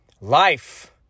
Life